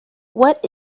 what